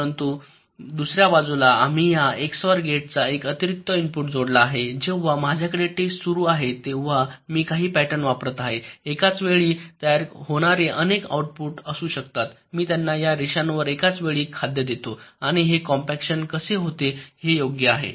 परंतु दुसर्या बाजूला आम्ही या एक्सओआर गेट्सचा एक अतिरिक्त इनपुट जोडला आहे जेव्हा माझ्याकडे टेस्ट सुरू आहे तेव्हा मी काही पॅटर्न वापरत आहे एकाच वेळी तयार होणारे अनेक आउटपुट असू शकतात मी त्यांना या रेषांवर एकाच वेळी खाद्य देतो आणि हे कॉम्पॅक्शन कसे होते हे योग्य आहे